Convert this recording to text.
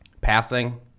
passing